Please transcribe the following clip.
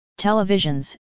televisions